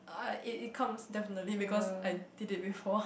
uh it it comes definitely because I did it before